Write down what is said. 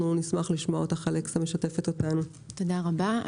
תודה רבה.